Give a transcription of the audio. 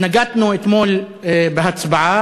התנגדנו אתמול בהצבעה,